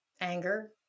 anger